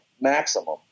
maximum